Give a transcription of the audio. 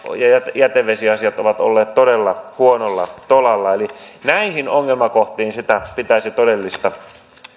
jätevesiasiat ovat olleet todella huonolla tolalla eli näihin ongelmakohtiin pitäisi todellista